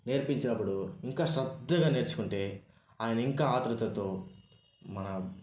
నేర్పించినపుడు ఇంకా శ్రద్దగా నేర్చుకుంటే ఆయన ఇంకా ఆతురతతో మన